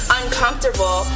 uncomfortable